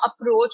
approach